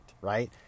right